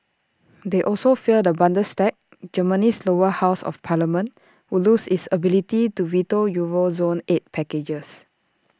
they also fear the Bundestag Germany's lower house of parliament would lose its ability to veto euro zone aid packages